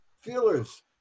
feelers